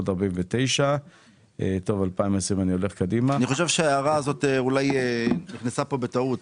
אני חושב שאולי ההערה הזאת נכנסה בטעות,